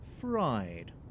fried